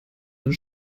sind